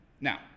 Now